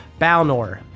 Balnor